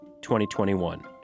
2021